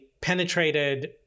penetrated